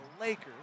Lakers